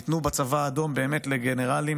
הם ניתנו בצבא האדום באמת לגנרלים